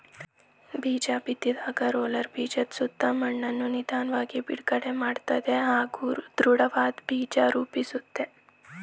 ಬೀಜಬಿತ್ತಿದಾಗ roller ಬೀಜದಸುತ್ತ ಮಣ್ಣನ್ನು ನಿಧನ್ವಾಗಿ ಬಿಗಿಮಾಡ್ತದೆ ಹಾಗೂ ದೃಢವಾದ್ ಬೀಜ ರೂಪಿಸುತ್ತೆ